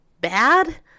bad